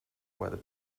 where